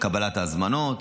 קבלת ההזמנות,